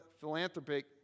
philanthropic